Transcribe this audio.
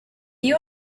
you